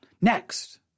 Next